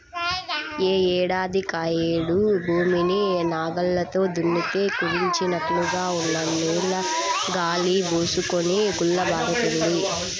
యే ఏడాదికాయేడు భూమిని నాగల్లతో దున్నితే కుదించినట్లుగా ఉన్న నేల గాలి బోసుకొని గుల్లబారుతుంది